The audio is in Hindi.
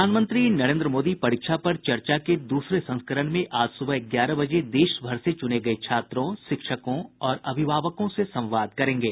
प्रधानमंत्री नरेन्द्र मोदी परीक्षा पर चर्चा के दूसरे संस्करण में आज सुबह ग्यारह बजे देश भर से चुने गए छात्रों शिक्षकों और अभिभावकों से संवाद करेंगे